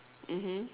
mmhmm